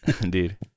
Indeed